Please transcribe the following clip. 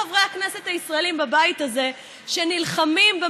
אני חושב שהדבר הנכון היה לעשות משאל עם.